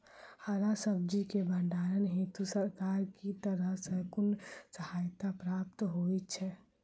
हरा सब्जी केँ भण्डारण हेतु सरकार की तरफ सँ कुन सहायता प्राप्त होइ छै?